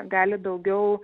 gali daugiau